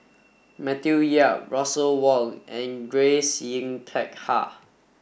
Matthew Yap Russel Wong and Grace Yin Peck Ha